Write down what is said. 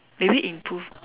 maybe improve